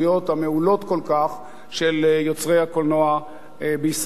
המעולות כל כך של יוצרי הקולנוע בישראל.